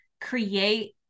create